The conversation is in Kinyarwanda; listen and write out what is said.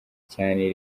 cyane